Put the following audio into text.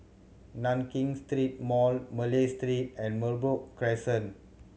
Nankin Street Mall Malay Street and Merbok Crescent